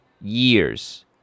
years